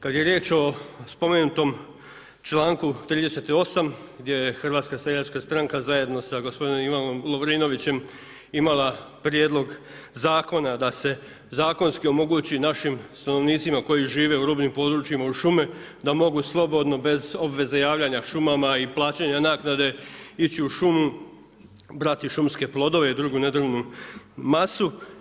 Kada je riječ o spomenutom članku 38. gdje je HSS zajedno sa gospodinom Ivanom Lovrinovićem imala prijedlog zakona da se zakonski omogući našim stanovnicima koji žive u rubnim područjima uz šume da mogu slobodno bez obveze javljanja šumama i plaćanja naknade ići u šumu brati šumske plodove i drugu ne drvnu masu.